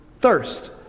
thirst